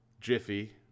Jiffy